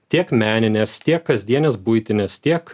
tiek meninės tiek kasdienės buitinės tiek